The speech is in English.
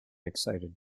excited